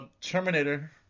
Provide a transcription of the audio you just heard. Terminator